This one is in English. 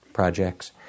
projects